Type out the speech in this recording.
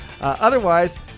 otherwise